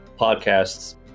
podcasts